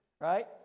right